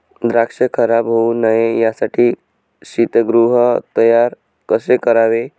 द्राक्ष खराब होऊ नये यासाठी शीतगृह तयार कसे करावे?